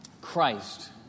Christ